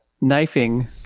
knifing